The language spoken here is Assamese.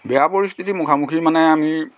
বেয়া পৰিস্থিতি মুখামুখি মানে আমি